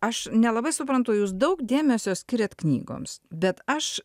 aš nelabai suprantu jūs daug dėmesio skiriat knygoms bet aš